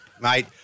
mate